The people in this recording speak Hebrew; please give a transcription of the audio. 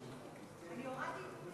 בבקשה.